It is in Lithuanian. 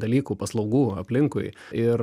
dalykų paslaugų aplinkui ir